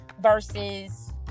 versus